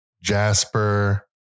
Jasper